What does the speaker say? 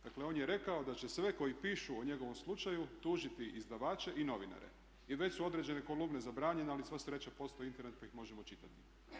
Dakle, on je rekao da će sve koji pišu o njegovom slučaju tužiti izdavače i novinare i već su određene kolumne zabranjene, ali sva sreća postoji Internet pa ih možemo čitati.